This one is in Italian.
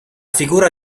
figura